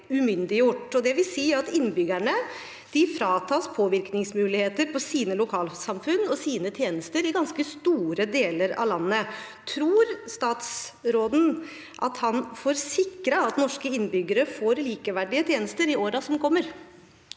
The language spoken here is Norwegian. Det vil si at innbyggerne fratas påvirkningsmuligheter på sine lokalsamfunn og sine tjenester i ganske store deler av landet. Tror statsråden at han får sikret at norske innbyggere får likeverdige tjenester i årene som kommer?